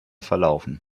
verlaufen